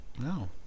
No